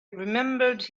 remembered